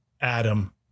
Adam